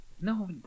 No